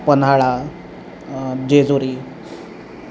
Panhala Jejuri